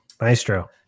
Maestro